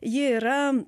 ji yra